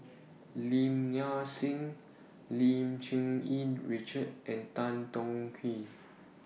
Lim Nang Seng Lim Cherng Yih Richard and Tan Tong Hye